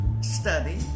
Study